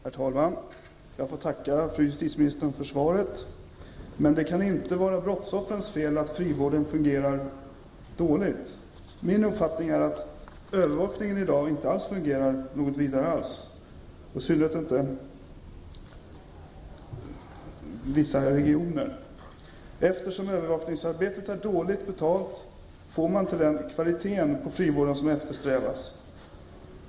Herr talman! Jag tackar justitieministern för svaret. Men det kan inte vara brottsoffrens fel att frivården fungerar dåligt. Min uppfattning är att övervakningen i dag inte alls fungerar, i synnerhet i vissa regioner. Eftersom övervakningsarbetet är dåligt betalt, får man inte den kvalitet på frivården som eftersträvas.